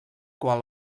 qual